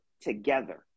together